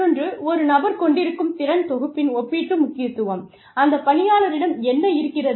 மற்றொன்று ஒரு நபர் கொண்டிருக்கும் திறன் தொகுப்பின் ஒப்பீட்டு முக்கியத்துவம் அந்த பணியாளரிடம் என்ன இருக்கிறது